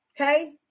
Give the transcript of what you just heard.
okay